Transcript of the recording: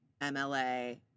MLA